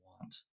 want